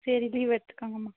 சரி லீவு எடுத்துக்கோங்கம்மா